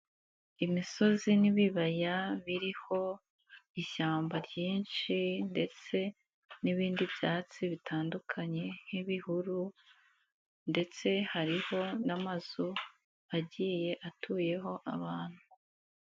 Imisozi n'ibibaya biriho ishyamba ryinshi ndetse n'ibindi byatsi bitandukanye nk'ibihuru ndetse hariho n'amazu agiye atuyeho abantu.